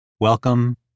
Welcome